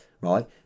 right